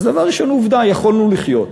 אז דבר ראשון, עובדה, יכולנו לחיות.